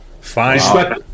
Fine